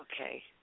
Okay